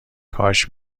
کاش